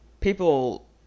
people